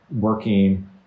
working